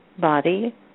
body